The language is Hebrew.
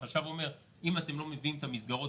והחשב אומר שאם אנחנו לא מביאים את המסגרות